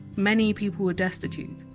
many people were destitute.